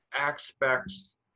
aspects